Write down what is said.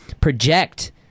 project